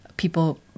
people